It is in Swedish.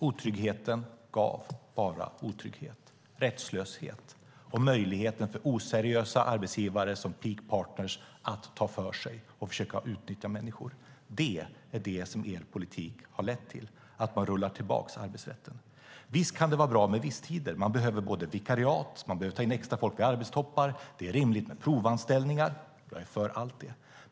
Otryggheten gav bara otrygghet, rättslöshet och möjligheten för oseriösa arbetsgivare som Peak Partners att ta för sig och försöka utnyttja människor. Det är vad er politik har lett till - att man rullar tillbaka arbetsrätten. Visst kan det vara bra med visstider. Man behöver vikariat. Man behöver ta in extrafolk vid arbetstoppar. Det är rimligt med provanställningar. Jag är för allt detta.